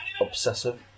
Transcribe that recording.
Obsessive